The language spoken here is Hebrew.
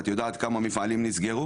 את יודעת כמה מפעלים נסגרו?